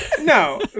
No